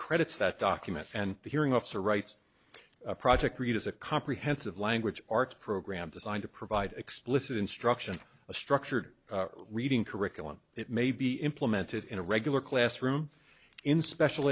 credits that document and the hearing officer rights project read as a comprehensive language arts program designed to provide explicit instruction a structured reading curriculum that may be implemented in a regular classroom in special